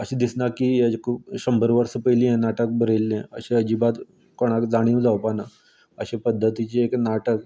अशें दिसना की हेजें खूब शंबर वर्सां पयलीं हें नाटक बरयल्लें अशें तर अजीबात कोणाक जाणीव जावपाना अशे पद्दतीचें एक नाटक